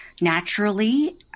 naturally